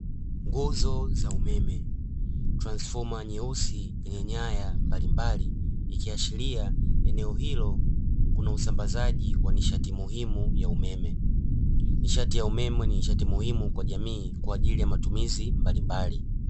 Nguzo za umeme transformer nyeusi ya nyaya mbalimbali ikiashiria eneo hilo kuna usambazaji wa nishati muhimu ya umeme, nishati ya umeme nishati muhimu kwa jamii kwa ajili ya matumizi mbalimbali.